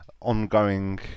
ongoing